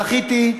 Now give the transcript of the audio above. זכיתי,